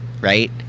right